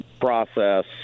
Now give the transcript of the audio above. process